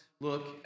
look